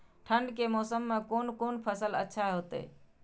ठंड के मौसम में कोन कोन फसल अच्छा होते?